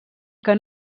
que